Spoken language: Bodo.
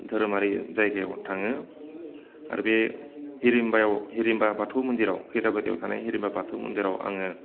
धोरोमारि जायगायाव थाङो आरो बे हिरिमबायाव हिरिमबा बाथौ मन्दिराव खैराबारियाव थानाय हिरिमबा बाथौ मन्दिराव आङो